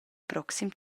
proxim